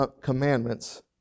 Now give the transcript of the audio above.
Commandments